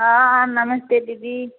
हँ नमस्ते दीदी